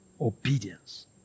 Obedience